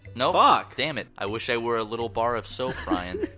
no? fuck! damn it. i wish i were a little bar of soap, ryan.